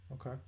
Okay